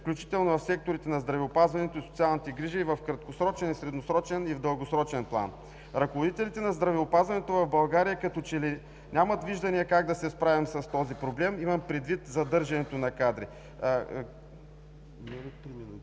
включително в секторите на здравеопазването и социалните грижи в краткосрочен, средносрочен и в дългосрочен план. Ръководителите на здравеопазването в България като че ли нямат виждане как да се справим с този проблем – задържането на кадри. Необходимо